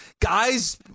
guys